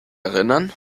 erinnern